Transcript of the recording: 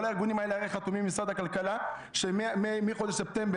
כל הארגונים האלה הרי חתומים עם משרד הכלכלה שמחודש ספטמבר